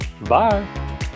Bye